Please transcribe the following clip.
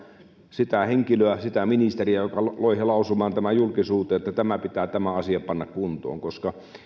sitä henkilöä sitä ministeriä joka loihe lausumaan julkisuuteen että tämä asia pitää panna kuntoon koska